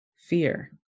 fear